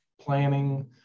planning